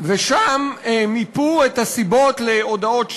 ושם ניפו את הסיבות להודאות שווא.